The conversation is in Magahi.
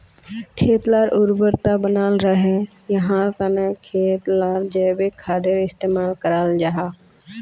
खेत लार उर्वरता बनाल रहे, याहार तने खेत लात जैविक खादेर इस्तेमाल कराल जाहा